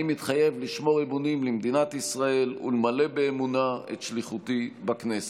אני מתחייב לשמור אמונים למדינת ישראל ולמלא באמונה את שליחותי בכנסת.